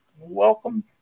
welcome